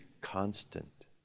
constant